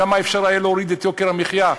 כמה אפשר היה להוריד את יוקר המחיה,